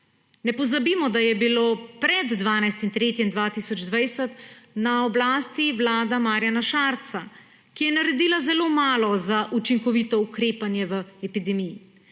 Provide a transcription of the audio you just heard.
Ne pozabimo, da je bila pred 12. marcem 2020 na oblasti vlada Marjana Šarca, ki je naredila zelo malo za učinkovito ukrepanje v epidemiji.